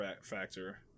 factor